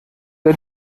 der